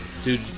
Dude